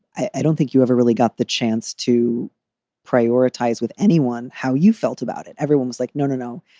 i don't think you ever really got the chance to prioritize with anyone how you felt about it. everyone was like, no, no, no.